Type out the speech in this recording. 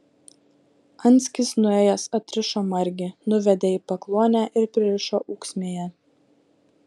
anskis nuėjęs atrišo margį nuvedė į pakluonę ir pririšo ūksmėje